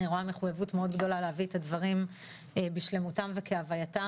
אני רואה מחויבות מאוד גדולה להביא את הדברים בשלמותם וכהוויתם.